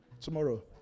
Tomorrow